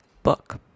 book